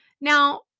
Now